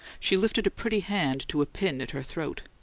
she lifted a pretty hand to a pin at her throat,